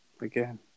again